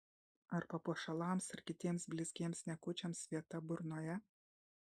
ar papuošalams ir kitiems blizgiems niekučiams vieta burnoje